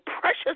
precious